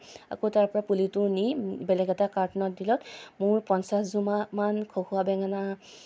আকৌ তাৰ পৰা পুলিটো নি বেলেগ এটা কাৰ্টুনত দিলত মোৰ পঞ্চাশ জোপামান খগুৱা বেঙেনা